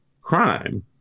crime